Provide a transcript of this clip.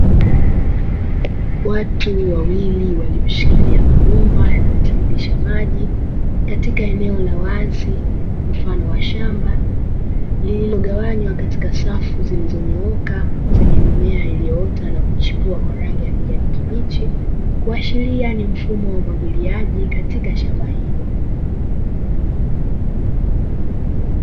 Watu wawili walioshikilia mabomba yanayo tiririsha maji katika eneo la wazi mfano wa shamba lililogawanywa katika safu zilizonyooka zenye mimea iliyoota na kuchipua kwa rangi ya kijani kibichi kuashiria ni mfumo wa umwagiliaji katika shamba hilo.